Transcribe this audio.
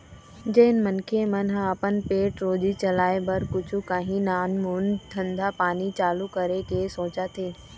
जेन मनखे मन ह अपन पेट रोजी चलाय बर कुछु काही नानमून धंधा पानी चालू करे के सोचथे